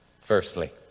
Firstly